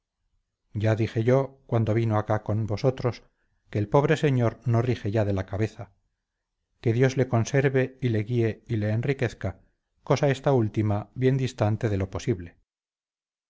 ya dije yo cuando vino acá con vosotros que el pobre señor no rige ya de la cabeza que dios le conserve y le guíe y le enriquezca cosa esta última bien distante de lo posible